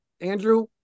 Andrew